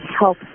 help